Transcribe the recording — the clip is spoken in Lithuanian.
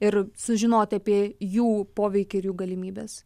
ir sužinoti apie jų poveikį ir jų galimybes